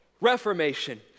reformation